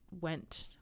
went